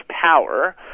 power